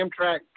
Amtrak